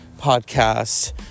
podcast